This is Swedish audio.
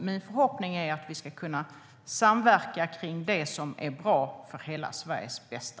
Min förhoppning är att vi ska kunna samverka kring det som är för hela Sveriges bästa.